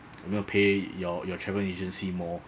I'm gonna pay your your travel agency more